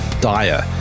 dire